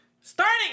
Starting